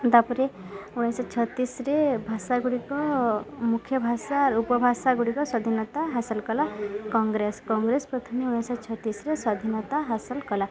ତା'ପରେ ଉଣେଇଶହ ଛତିଶରେ ଭାଷା ଗୁଡ଼ିକ ମୁଖ୍ୟ ଭାଷା ଆର୍ ଉପଭାଷା ଗୁଡ଼ିକ ସ୍ୱାଧୀନତା ହାସଲ କଲା କଂଗ୍ରେସ କଂଗ୍ରେସ ପ୍ରଥମେ ଉଣେଇଶହ ଛତିଶରେ ସ୍ୱାଧୀନତା ହାସଲ କଲା